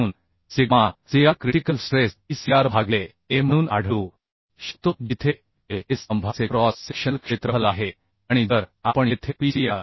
म्हणून sigma cr critical stress P cr भागिले A म्हणून आढळू शकतो जिथेA हे स्तंभाचे क्रॉस सेक्शनल क्षेत्रफल आहे आणि जर आपण येथे P cr